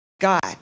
God